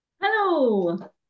Hello